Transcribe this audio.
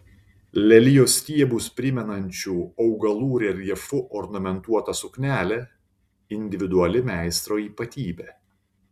lelijos stiebus primenančių augalų reljefu ornamentuota suknelė individuali meistro ypatybė